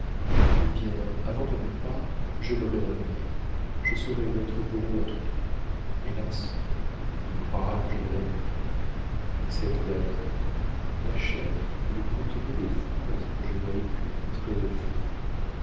eh bien avant ton départ je l'aurai renvoyé je serai notre bourreau à tous deux hélas il croira que je ne l'aime plus et cette lettre ma chère elle contenait des phrases que je vois écrites en traits de feu